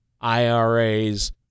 IRAs